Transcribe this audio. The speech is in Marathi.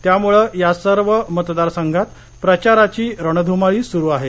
त्यामुळं या सर्व मतदार संघांत प्रचाराची रणध्माळी सूरु आहे